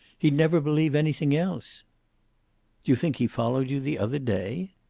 he'd never believe anything else. do you think he followed you the other day?